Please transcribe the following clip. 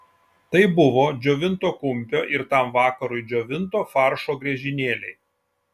tai buvo džiovinto kumpio ir tam vakarui džiovinto faršo griežinėliai